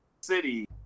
city